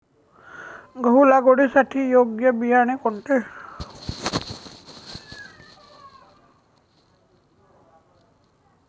गहू लागवडीसाठी योग्य बियाणे कोणते?